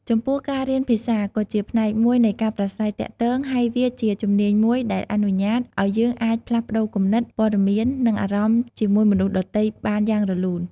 ចំពោះ ការរៀនភាសាក៏ជាផ្នែកមួយនៃការប្រាស្រ័យទាក់ទង ហើយវាជាជំនាញមួយដែលអនុញ្ញាតឲ្យយើងអាចផ្លាស់ប្ដូរគំនិត ព័ត៌មាន និងអារម្មណ៍ជាមួយមនុស្សដទៃបានយ៉ាងរលូន។។